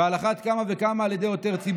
ועל אחת כמה וכמה כך על ידי עותר ציבורי,